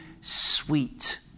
sweet